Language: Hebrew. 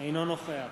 אינו נוכח